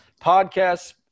podcasts